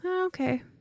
okay